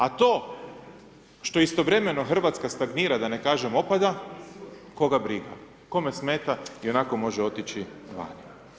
A to što istovremeno Hrvatska stagnira, da ne kažem opada, koga briga, kome smeta ionako može otići vani.